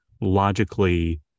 logically